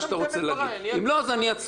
אם לא, אני אעצור אותך.